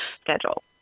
schedule